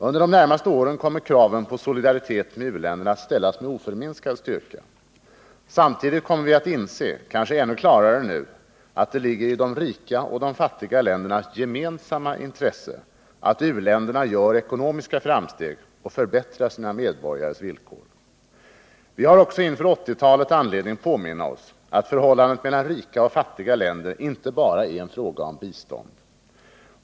Under de närmaste åren kommer kraven på solidaritet med u-länderna att ställas med oförminskad styrka. Samtidigt kommer vi att inse, kanske ännu klarare än nu, att det ligger i de rika och fattiga ländernas gemensamma intresse att u-länderna gör ekonomiska framsteg och förbättrar sina medborgares villkor. Vi har också inför 1980-talet anledning påminna oss att förhållandet mellan rika och fattiga länder inte bara är en fråga om bistånd.